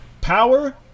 Power